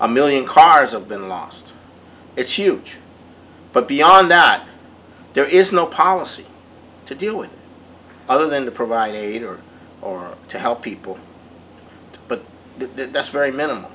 a million cars have been lost it's huge but beyond that there is no policy to do it other than to provide aid or or to help people but that's very minimal